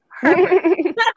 Herbert